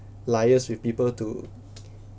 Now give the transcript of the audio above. liaise with people to